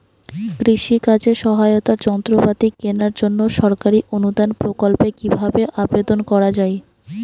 কৃষি কাজে সহায়তার যন্ত্রপাতি কেনার জন্য সরকারি অনুদান প্রকল্পে কীভাবে আবেদন করা য়ায়?